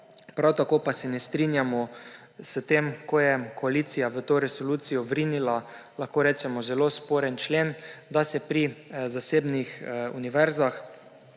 Prav tako pa se ne strinjamo s tem, ko je koalicija v to resolucijo vrinila, lahko rečemo, zelo sporen člen, da se pri zasebnih univerzah,